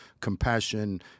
compassion